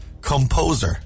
composer